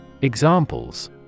Examples